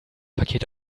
paket